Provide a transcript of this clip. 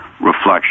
reflection